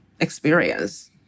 experience